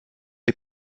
est